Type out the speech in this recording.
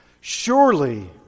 Surely